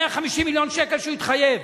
מ-150 מיליון השקל שהוא התחייב.